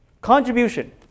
contribution